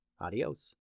Adios